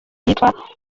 yitwa